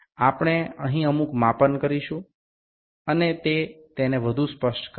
આપણે અહીં અમુક માપન કરીશું અને તે તેને વધુ સ્પષ્ટ કરશે